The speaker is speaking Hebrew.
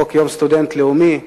חוק יום הסטודנט הלאומי,